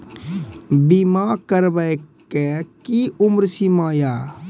बीमा करबे के कि उम्र सीमा या?